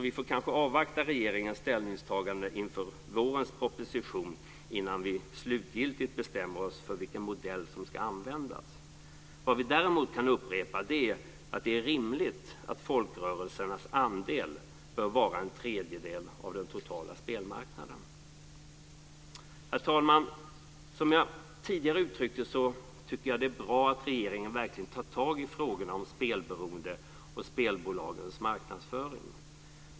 Vi får kanske avvakta regeringens ställningstagande inför vårens propositionen innan vi slutgiltigt bestämmer oss för vilken modell som ska användas. Vad vi däremot kan upprepa är att det är rimligt att folkrörelsernas andel bör vara en tredjedel av den totala spelmarknaden. Herr talman! Som jag tidigare sade tycker jag att det är bra att regeringen verkligen tar tag i frågorna om spelberoende och spelbolagens marknadsföring.